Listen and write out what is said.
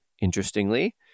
interestingly